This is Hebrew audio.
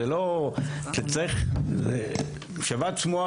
זה לא מספיק שאתה תכשיר רופא.